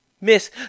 Miss